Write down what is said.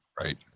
right